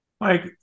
Mike